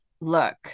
look